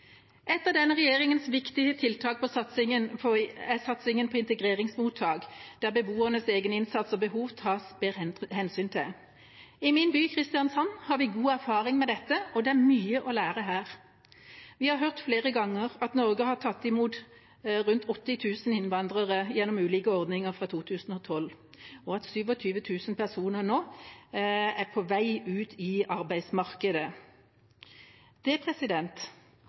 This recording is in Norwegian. Et av denne regjeringas viktigste tiltak er satsingen på integreringsmottak, der beboernes egeninnsats og behov tas mer hensyn til. I min by, Kristiansand, har vi god erfaring med dette, og det er mye å lære her. Vi har hørt flere ganger at Norge har tatt imot rundt 80 000 innvandrere gjennom ulike ordninger fra 2012, og at 27 000 personer nå er på vei ut i arbeidsmarkedet. Det